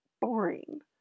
boring